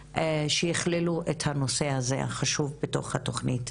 שיכללו את הנושא החשוב הזה בתוך התוכנית.